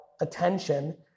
attention